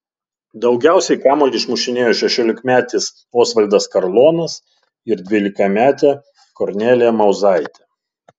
daugiausiai kamuolį išmušinėjo šešiolikmetis osvaldas karlonas ir dvylikametė kornelija mauzaitė